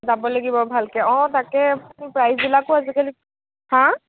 যাব লাগিব ভালকৈ অ তাকে প্ৰাইজবিলাকো আজিকালি হা